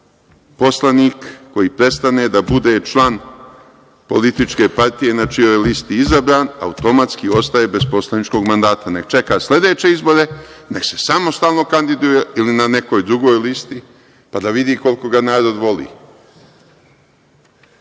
poslanik koji prestane da bude član političke partije, na čijoj je listi izabran, automatski ostaje bez poslaničkog mandata, neka čeka sledeće izbore, neka se samostalno kandiduje ili na nekoj drugoj listi, pa da vidi koliko ga narod voli. Mi